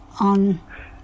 On